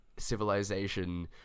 civilization